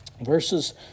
Verses